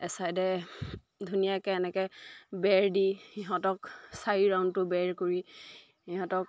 এছাইডে ধুনীয়াকৈ এনেকৈ বেৰ দি সিহঁতক চাৰি ৰাউণ্ডটো বেৰ কৰি সিহঁতক